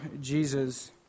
Jesus